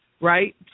Right